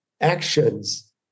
actions